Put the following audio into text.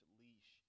leash